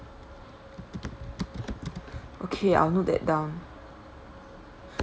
okay I'll note that down